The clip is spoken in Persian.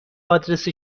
آدرس